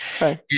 Right